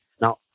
Now